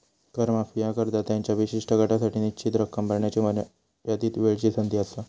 कर माफी ह्या करदात्यांच्या विशिष्ट गटासाठी निश्चित रक्कम भरण्याची मर्यादित वेळची संधी असा